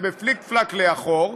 ובפליק-פלאק לאחור,